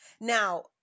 Now